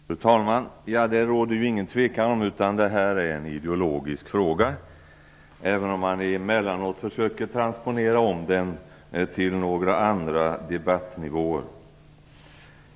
Fru talman! Det råder ingen tvekan om att det här är en ideologisk fråga, även om man emellanåt försöker transponera om den till några debattnivåer.